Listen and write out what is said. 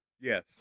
Yes